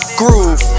groove